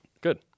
Good